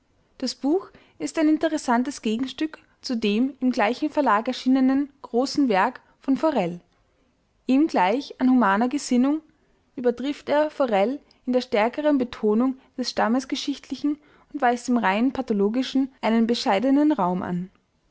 das buch ist ein interessantes gegenstück zu dem im gleichen verlag erschienenen großen werk von forel ihm gleich an humaner gesinnung übertrifft er forel in der stärkeren betonung des stammesgeschichtlichen und weist dem rein pathologischen einen bescheidenen raum an